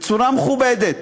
בצורה מכובדת,